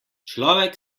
človek